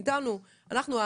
אנחנו,